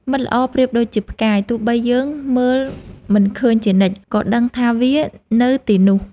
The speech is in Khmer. មិត្តល្អប្រៀបដូចជាផ្កាយ ទោះបីយើងមើលមិនឃើញជានិច្ច ក៏ដឹងថាវានៅទីនោះ។